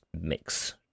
mix